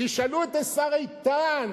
תשאלו את השר איתן